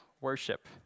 worship